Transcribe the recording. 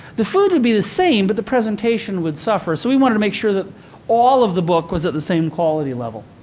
the food would be the same but the presentation would suffer. so we wanted to make sure that all of the book was at the same quality level.